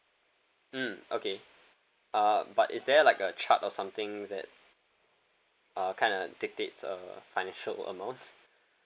mm okay uh but is there like a chart or something that uh kind of dictates uh financial amount